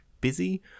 busy